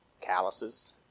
Calluses